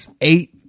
eight